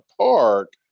park